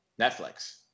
Netflix